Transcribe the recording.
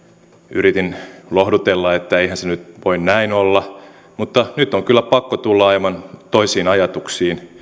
yritin lohdutella että eihän se nyt voi näin olla mutta nyt on kyllä pakko tulla aivan toisiin ajatuksiin